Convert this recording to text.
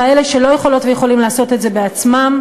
לכאלה שלא יכולות ויכולים לעשות את זה בעצמם,